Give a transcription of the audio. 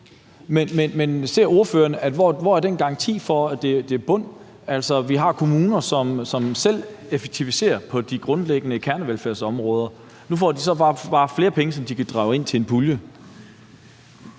hvor ser ordføreren den garanti for, at det er en bund? Altså, vi har kommuner, som selv effektiviserer på de grundlæggende kernevelfærdsområder, og nu får de så bare flere penge, som de kan inddrage i en pulje.